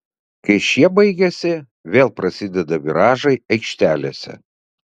kai šie baigiasi vėl prasideda viražai aikštelėse